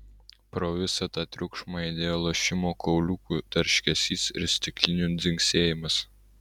pro visą tą triukšmą aidėjo lošimo kauliukų tarškesys ir stiklinių dzingsėjimas